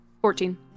Fourteen